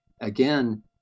again